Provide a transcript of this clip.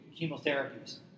chemotherapies